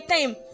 time